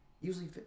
Usually